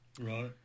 right